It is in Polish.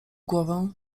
głowę